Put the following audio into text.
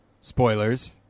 spoilers